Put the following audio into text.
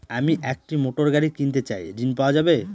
আমি একটি মোটরগাড়ি কিনতে চাই ঝণ পাওয়া যাবে?